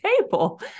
table